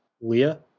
leah